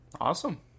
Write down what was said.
Awesome